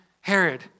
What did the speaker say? Herod